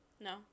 No